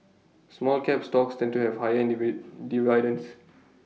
small cap stocks tend to have higher dividends